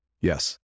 Yes